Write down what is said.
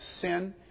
sin